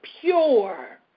pure